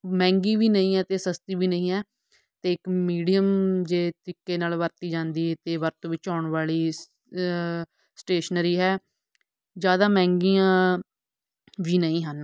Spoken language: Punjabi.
ਮਹਿੰਗੀ ਵੀ ਨਹੀਂ ਹੈ ਅਤੇ ਸਸਤੀ ਵੀ ਨਹੀਂ ਹੈ ਅਤੇ ਇੱਕ ਮੀਡੀਅਮ ਜਿਹੇ ਤਰੀਕੇ ਨਾਲ ਵਰਤੀ ਜਾਂਦੀ ਅਤੇ ਵਰਤੋਂ ਵਿੱਚ ਆਉਣ ਵਾਲੀ ਸ ਸਟੇਸ਼ਨਰੀ ਹੈ ਜ਼ਿਆਦਾ ਮਹਿੰਗੀਆਂ ਵੀ ਨਹੀਂ ਹਨ